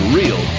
real